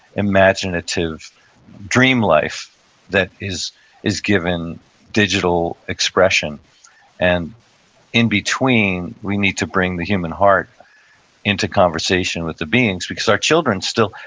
imaginative dream life that is is given digital expression and in between, we need to bring the human heart into conversation with the beings because our children still,